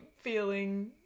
feeling